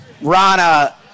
Rana